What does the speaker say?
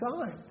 signs